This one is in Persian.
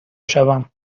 شوم